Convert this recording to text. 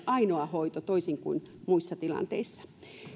ainoa hoito toisin kuin muissa tilanteissa